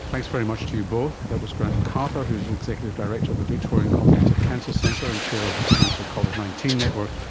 thanks very much to you both. that was grant mcarthur, who is executive director of the victorian comprehensive cancer centre and chair of of the cancer covid nineteen network,